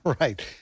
Right